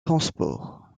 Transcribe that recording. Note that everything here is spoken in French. transport